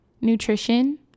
nutrition